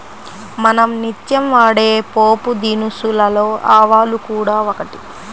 మనం నిత్యం వాడే పోపుదినుసులలో ఆవాలు కూడా ఒకటి